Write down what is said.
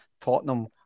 Tottenham